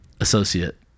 associate